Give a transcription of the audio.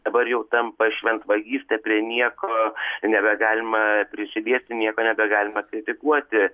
dabar jau tampa šventvagystė prie nieko nebegalima prisiliesti nieko nebegalima kritikuoti